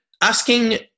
asking